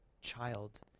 child